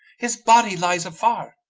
his body lies afar.